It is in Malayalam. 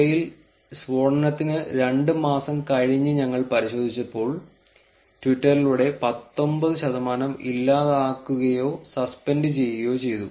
ഇവയിൽ സ്ഫോടനത്തിന് 2 മാസം കഴിഞ്ഞ് ഞങ്ങൾ പരിശോധിച്ചപ്പോൾ ട്വിറ്ററിലൂടെ 19 ശതമാനം ഇല്ലാതാക്കുകയോ സസ്പെൻഡ് ചെയ്യുകയോ ചെയ്തു